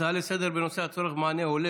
הצעות לסדר-היום בנושא: הצורך במענה הולם